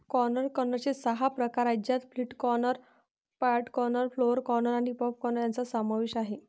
corn कर्नलचे सहा प्रकार आहेत ज्यात flint corn, pod corn, flour corn आणि पॉप कॉर्न यांचा समावेश आहे